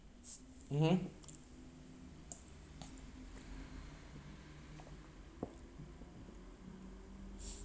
mmhmm